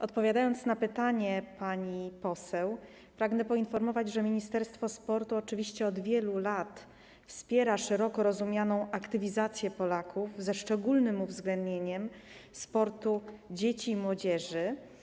Odpowiadając na pytanie pani poseł, pragnę poinformować, że Ministerstwo Sportu oczywiście od wielu lat wspiera szeroko rozumianą aktywizację Polaków, ze szczególnym uwzględnieniem sportu dzieci i młodzieży.